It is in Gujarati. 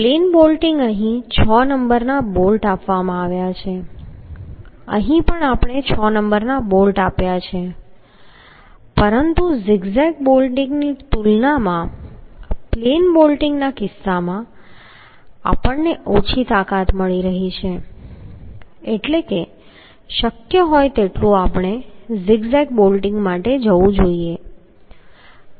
પ્લેન બોલ્ટિંગ અહીં 6 નંબરના બોલ્ટ આપવામાં આવ્યા છે અહીં પણ આપણે 6 નંબરના બોલ્ટ આપ્યા છે પરંતુ ઝિગ ઝેગ બોલ્ટિંગની તુલનામાં પ્લેન બોલ્ટિંગના કિસ્સામાં આપણને ઓછી તાકાત મળી રહી છે એટલે કે શક્ય તેટલું આપણે ઝિગ ઝેગ બોલ્ટિંગ માટે જવું જોઈએ